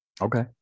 Okay